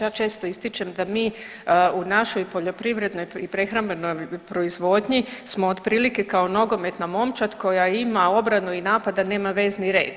Ja često ističem da mi u našoj poljoprivrednoj i prehrambenoj proizvodnji smo otprilike kao nogometna momčad koja ima obranu i napad, a nema vezni red.